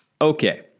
Okay